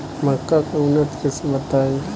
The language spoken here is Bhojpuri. मक्का के उन्नत किस्म बताई?